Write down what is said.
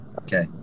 okay